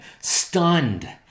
stunned